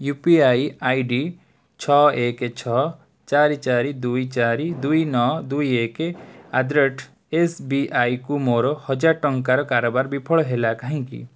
you P I I D ଛଅ ଏକ ଛଅ ଚାରି ଚାରି ଦୁଇ ଚାରି ଦୁଇ ନଅ ଦୁଇ ଏକ at the rate S B I କୁ ମୋର ହଜାର ଟଙ୍କାର କାରବାର ବିଫଳ ହେଲା କାହିଁକି